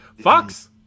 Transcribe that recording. fox